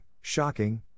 shocking